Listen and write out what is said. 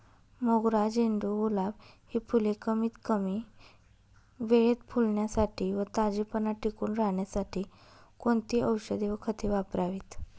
मोगरा, झेंडू, गुलाब हि फूले कमीत कमी वेळेत फुलण्यासाठी व ताजेपणा टिकून राहण्यासाठी कोणती औषधे व खते वापरावीत?